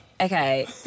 Okay